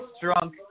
drunk